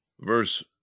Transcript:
Verse